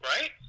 Right